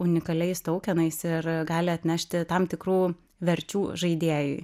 unikaliais taukenais ir gali atnešti tam tikrų verčių žaidėjui